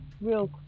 real